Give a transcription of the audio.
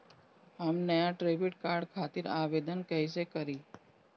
हम नया debit card खातिर आवेदन कईसे करी?